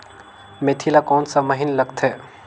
मेंथी ला कोन सा महीन लगथे?